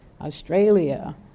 Australia